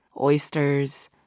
Oysters